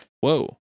whoa